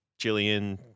Jillian